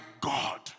God